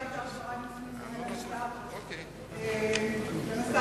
סגן השר,